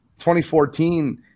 2014